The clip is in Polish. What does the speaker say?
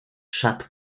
szat